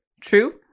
True